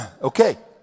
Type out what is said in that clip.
Okay